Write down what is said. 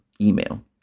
email